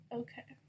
okay